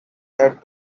had